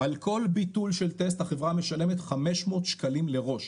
על כל ביטול של טסט החברה משלמת 500 שקלים לראש.